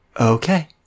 okay